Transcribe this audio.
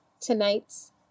tonight's